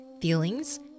feelings